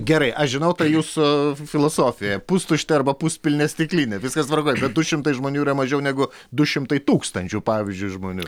gerai aš žinau tą jūsų filosofiją pustuštė arba puspilnė stiklinė viskas tvarkoj bet du šimtai žmonių yra mažiau negu du šimtai tūkstančių pavyzdžiui žmonių